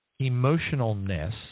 emotionalness